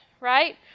Right